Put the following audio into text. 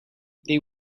they